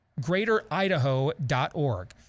greateridaho.org